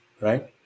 right